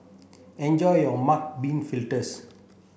enjoy your mung bean fritters